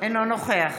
אינו נוכח